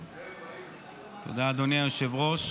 תודה, אדוני היושב-ראש.